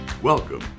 Welcome